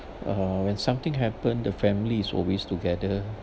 uh when something happen the family is always together